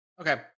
Okay